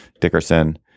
Dickerson